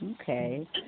Okay